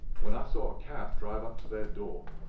when i saw a cab drive up to their door.